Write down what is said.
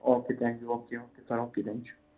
okay thank you okay okay sir okay thank you